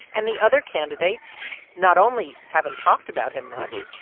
and the other candidates not only haven't talked about him much,